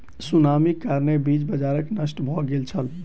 सुनामीक कारणेँ बीज बाजार नष्ट भ गेल छल